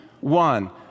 one